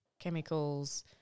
chemicals